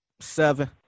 Seven